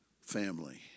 family